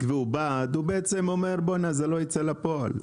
והוא בעד הוא בעצם אומר שזה לא ייצא לפועל.